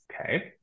Okay